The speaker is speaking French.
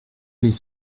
les